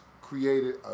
created